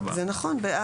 זה נכון, ב(א),